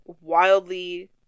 wildly